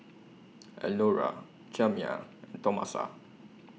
Elnora Jamya Tomasa